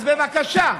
אז בבקשה,